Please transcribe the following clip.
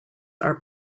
are